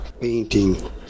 painting